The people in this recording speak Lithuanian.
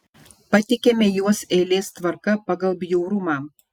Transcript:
pateikiame juos eilės tvarka pagal bjaurumą